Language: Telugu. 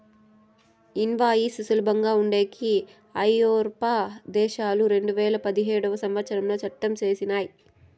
ఇన్వాయిస్ సులభంగా ఉండేకి ఐరోపా దేశాలు రెండువేల పదిహేడవ సంవచ్చరంలో చట్టం చేసినయ్